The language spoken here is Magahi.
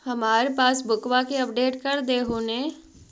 हमार पासबुकवा के अपडेट कर देहु ने?